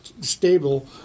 stable